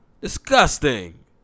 Disgusting